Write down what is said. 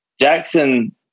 Jackson